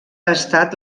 estat